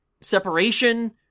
separation